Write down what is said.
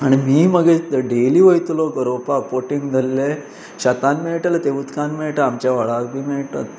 आनी मीय मगेर डेली वयतलो गरोवपाक पोटींग धरले शेतान मेळटले ते उदकान मेळटा आमच्या व्हाळाक बी मेळटात